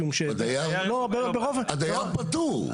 הדייר פטור.